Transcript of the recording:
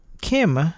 Kim